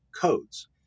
codes